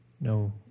no